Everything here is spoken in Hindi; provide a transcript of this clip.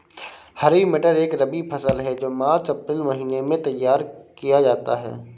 हरी मटर एक रबी फसल है जो मार्च अप्रैल महिने में तैयार किया जाता है